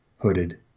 hooded